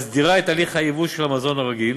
מסדירה את הליך הייבוא של המזון הרגיל